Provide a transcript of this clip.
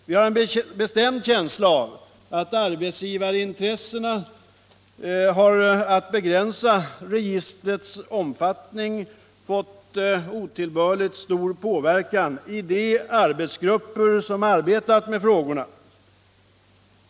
Vi anser att arbetsgivarintresset att begränsa registrets omfattning fått otillbörligt stor påverkan i de arbetsgrupper som arbetat med frågorna.